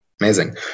amazing